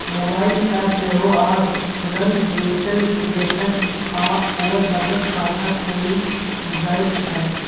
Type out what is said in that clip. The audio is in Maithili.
मोबाइल सँ सेहो आब तुरंत डिजिटल वेतन आओर बचत खाता खुलि जाइत छै